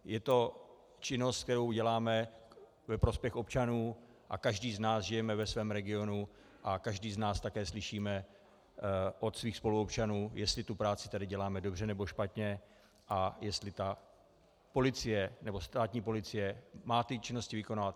Je to činnost, kterou děláme ve prospěch občanů, a každý z nás žijeme ve svém regionu a každý z nás také slyšíme od svých spoluobčanů, jestli tu práci tady děláme dobře, nebo špatně, a jestli policie nebo státní policie má ty činnosti vykonávat.